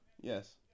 Yes